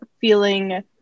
feeling